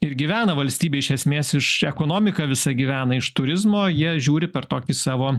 ir gyvena valstybė iš esmės iš ekonomika visa gyvena iš turizmo jie žiūri per tokį savo